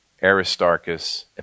Aristarchus